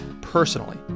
personally